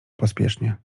pospiesznie